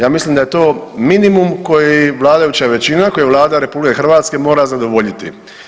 Ja mislim da je to minimum koji vladajuća većina, koji Vlada RH mora zadovoljiti.